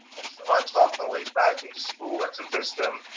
so i talked my way back into school, i convinced them.